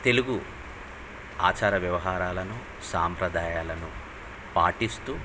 తెలుగు ఆచార వ్యవహారాలను సాంప్రదాయాలను పాటిస్తు